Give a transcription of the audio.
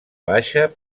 baixa